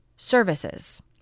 services